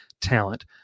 talent